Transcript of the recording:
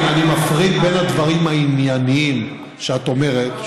אני מפריד בין הדברים הענייניים שאת אומרת,